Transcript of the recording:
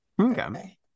Okay